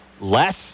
less